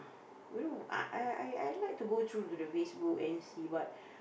you know I I I I like to go through the Facebook and then see what